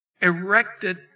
erected